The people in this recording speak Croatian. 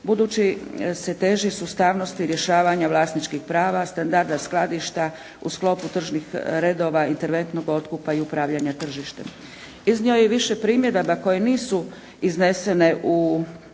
budući se teži sustavnosti rješavanja vlasničkih prava, standarda skladišta u sklopu tržnih redova, interventnog otkupa i upravljanja tržištem. Iznio je više primjedaba koje nisu iznesene u